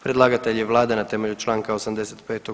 Predlagatelj je Vlada na temelju članka 85.